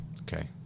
Okay